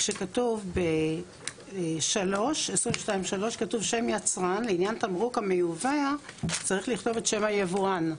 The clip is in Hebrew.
כשכתוב ב-3 שם יצרן: לעניין תמרוק המיובא צריך לכתוב את שם היבואן.